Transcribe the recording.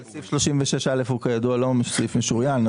כידוע סעיף 36א הוא לא סעיף משוריין,